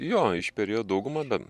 jo išperėjo daugumą bet